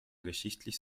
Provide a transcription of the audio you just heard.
geschichtlich